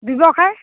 ব্যৱসায়